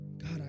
God